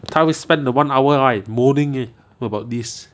他会 spend the one hour right moaning eh about this